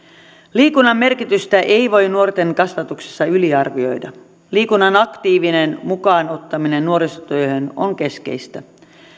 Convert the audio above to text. liikunnan merkitystä ei voi nuorten kasvatuksessa yliarvioida liikunnan aktiivinen mukaan ottaminen nuorisotyöhön on keskeistä